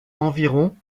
environ